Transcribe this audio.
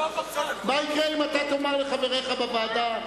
מה יקרה אם אתה תאמר לחבריך בוועדה,